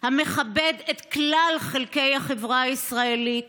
המכבד את כלל חלקי החברה הישראלית